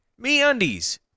MeUndies